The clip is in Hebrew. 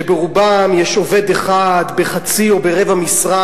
שברובם יש עובד אחד בחצי או ברבע משרה,